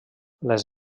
les